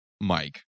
Mike